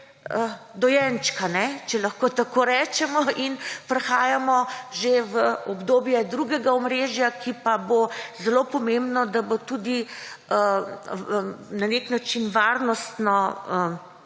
dojenčka, če lahko tako rečemo. Prihajamo že v obodbje drugega omrežja, ki pa bo zelo pomembno, da bo tudi na nek način varnostno